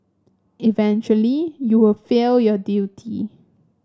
eventually you will fail your duty